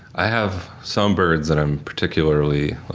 i have some birds that i'm particularly